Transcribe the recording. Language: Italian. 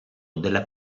della